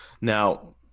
now